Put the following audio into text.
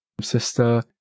sister